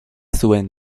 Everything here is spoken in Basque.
zuen